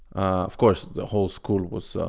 ah of course, the whole school was, so